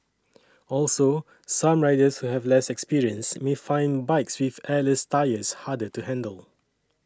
also some riders who have less experience may find bikes with airless tyres harder to handle